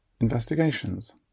investigations